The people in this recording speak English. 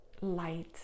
light